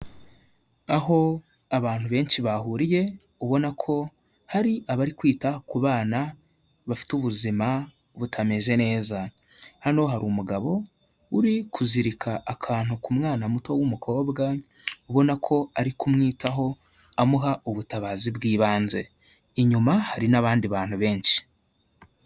Aho abantu benshi bahuriye ubona ko hari abari kwita ku bana bafite ubuzima butameze neza, hano hari umugabo uri kuzirika akantu ku mwana muto w'umukobwa ubona ko ari kumwitaho amuha ubutabazi bw'ibanze, inyuma hari n'abandi bantu benshi.